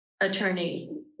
Attorney